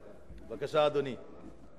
אתה יכול לנצל